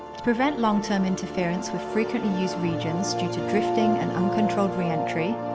to prevent long-term interference with frequently used regions due to drifting and uncontrolled reentry,